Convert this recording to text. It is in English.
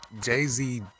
Jay-Z